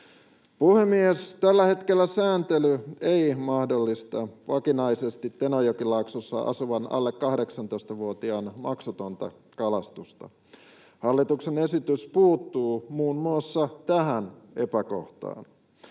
Puhemies! Tällä hetkellä sääntely ei mahdollista vakinaisesti Tenojokilaaksossa asuvan alle 18-vuotiaan maksutonta kalastusta. Hallituksen esitys puuttuu muun muassa tähän epäkohtaan.